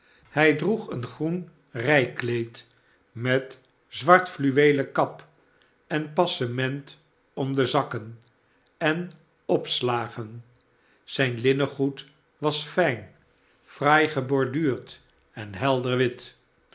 hij droeg een groen rijkleed met zwart fluweelen kap enpassernent om de zakken en opslagen zijn linnengoed was fijn fraai geborduurd en helder wit